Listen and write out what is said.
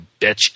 bitch